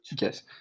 Yes